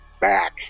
back